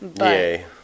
Yay